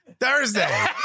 Thursday